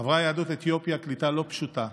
עברה יהדות אתיופיה קליטה לא פשוטה.